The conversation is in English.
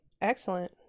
Excellent